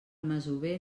masover